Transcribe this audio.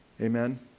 Amen